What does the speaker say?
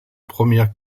première